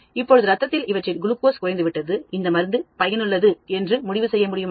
இப்போது இரத்தத்தில் அவற்றின் குளுக்கோஸ் குறைந்து விட்டது இந்த மருந்து பயனுள்ள மருந்து என்று முடிவு செய்ய முடியுமா